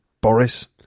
Boris